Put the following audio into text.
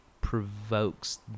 provokes